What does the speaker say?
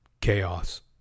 chaos